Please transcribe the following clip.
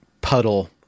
puddle